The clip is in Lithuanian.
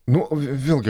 nu vėlgi